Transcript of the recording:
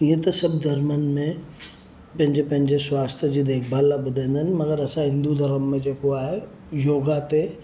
हीअं त सभु धर्मनि में पंहिंजे पंहिंजे स्वास्थ्य जी देखभाल लाइ बुधाईंदा आहिनि मगरि असां हिंदू धर्म में जेको आहे योगा ते